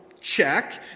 check